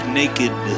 naked